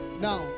Now